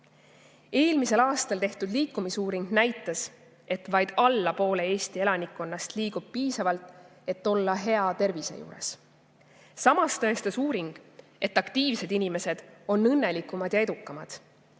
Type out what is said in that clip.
Eelmisel aastal tehtud liikumisuuring näitas, et vaid alla poole Eesti elanikkonnast liigub piisavalt, et olla hea tervise juures. Samas tõestas uuring, et aktiivsed inimesed on õnnelikumad ja edukamad.